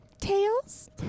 tails